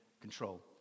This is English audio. control